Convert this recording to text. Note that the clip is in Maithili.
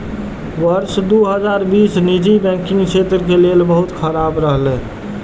वर्ष दू हजार बीस निजी बैंकिंग क्षेत्र के लेल बहुत खराब रहलै